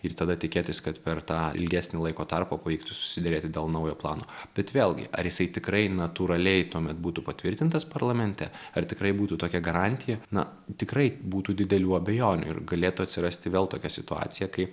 ir tada tikėtis kad per tą ilgesnį laiko tarpą pavyktų susiderėti dėl naujo plano bet vėlgi ar jisai tikrai natūraliai tuomet būtų patvirtintas parlamente ar tikrai būtų tokia garantija na tikrai būtų didelių abejonių ir galėtų atsirasti vėl tokia situacija kai